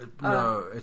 no